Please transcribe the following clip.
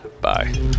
Bye